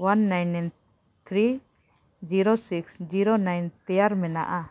one nine nine three zero six zero nine ᱛᱮᱭᱟᱨ ᱢᱮᱱᱟᱜᱼᱟ